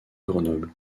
grenoble